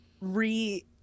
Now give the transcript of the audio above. re